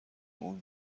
اون